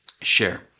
share